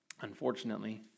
unfortunately